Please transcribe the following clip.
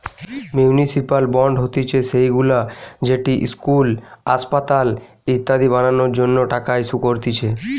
municipal bond হতিছে সেইগুলা যেটি ইস্কুল, আসপাতাল ইত্যাদি বানানোর জন্য টাকা ইস্যু করতিছে